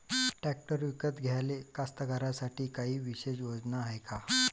Tractor विकत घ्याले कास्तकाराइसाठी कायी विशेष योजना हाय का?